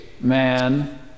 man